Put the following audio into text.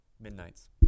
Midnight's